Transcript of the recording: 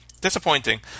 disappointing